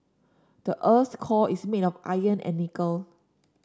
the earth's core is made of iron and nickel